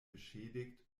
beschädigt